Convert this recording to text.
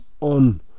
on